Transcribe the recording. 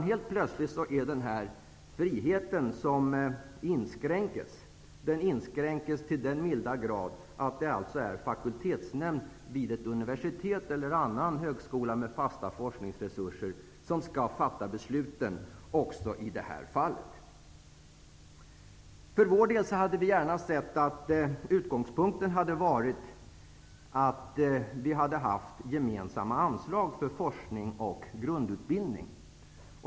Helt plötsligt inskränks friheten så till den milda grad att det är en fakultetsnämnd vid ett universitet eller en högskola med fasta forskningsresurser som skall fatta besluten även i det här fallet. Vi hade gärna sett att utgångspunkten hade varit gemensamma anslag för forskning och grundutbildning.